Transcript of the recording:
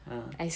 uh